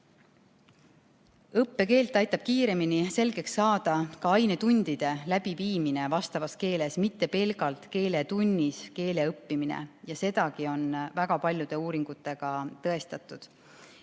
Õppekeelt aitab kiiremini selgeks saada ka ainetundide läbiviimine vastavas keeles, mitte pelgalt keeletunnis keele õppimine. Sedagi on väga paljude uuringutega tõestatud.